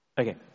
Okay